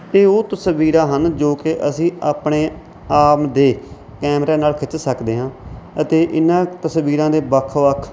ਇਹ ਉਹ ਤਸਵੀਰਾਂ ਹਨ ਜੋ ਕਿ ਅਸੀਂ ਆਪਣੇ ਆਪ ਦੇ ਕੈਮਰਿਆਂ ਨਾਲ ਖਿੱਚ ਸਕਦੇ ਹਾਂ ਅਤੇ ਇਨ੍ਹਾਂ ਤਸਵੀਰਾਂ ਦੇ ਵੱਖ ਵੱਖ